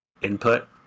input